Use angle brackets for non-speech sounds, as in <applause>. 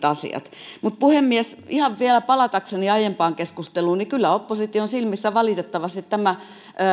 <unintelligible> asiat puhemies ihan vielä palatakseni aiempaan keskusteluun niin kyllä opposition silmissä valitettavasti tämä